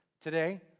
today